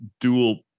dual